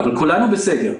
אבל כולנו בסגר,